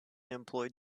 employed